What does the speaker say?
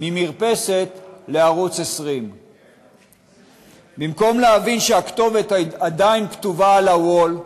ממרפסת לערוץ 20. במקום להבין שהכתובת עדיין כתובה על ה-wall,